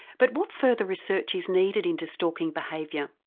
but what further research is needed into stalking behaviour?